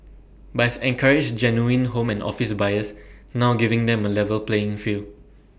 buys and courage genuine home and office buyers now giving them A level playing field